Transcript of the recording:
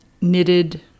knitted